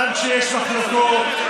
גם כשיש מחלוקות,